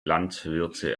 landwirte